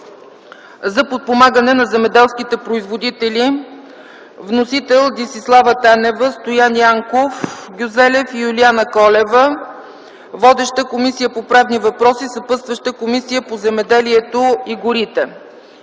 за подпомагане на земеделските производители. Вносители са Десислава Танева, Стоян Янков Гюзелев и Юлиана Колева. Водеща е Комисията по правни въпроси, съпътстваща е Комисията по земеделието и горите.